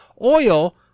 Oil